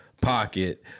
pocket